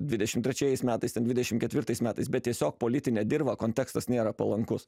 dvidešim trečiais metais ten dvidešim ketvirtais metais bet tiesiog politinė dirva kontekstas nėra palankus